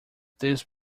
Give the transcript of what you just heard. this